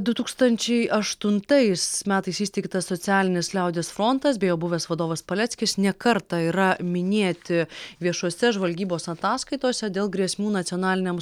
du tūkstančiai aštuntais metais įsteigtas socialinis liaudies frontas bei jo buvęs vadovas paleckis ne kartą yra minėti viešose žvalgybos ataskaitose dėl grėsmių nacionaliniam